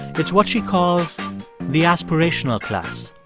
it's what she calls the aspirational class,